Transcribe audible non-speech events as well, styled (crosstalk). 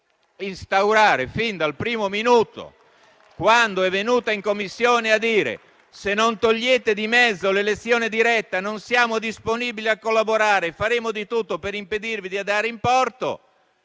voluto instaurare fin dal primo minuto, (applause) quando è venuta in Commissione a dire: se non togliete di mezzo l'elezione diretta non siamo disponibili a collaborare e faremo di tutto per impedirvi di andare in porto.